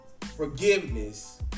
forgiveness